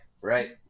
right